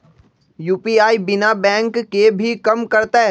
UPI बिना bank के भी कम करतै?